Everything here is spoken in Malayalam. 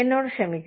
എന്നോട് ക്ഷമിക്കൂ